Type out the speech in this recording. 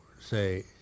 say